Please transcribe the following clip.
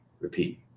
repeat